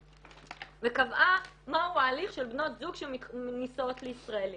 וקבעה מהו ההליך של בנות זוג שנישאות לישראלים.